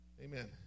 Amen